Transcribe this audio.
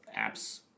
apps